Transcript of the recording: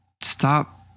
Stop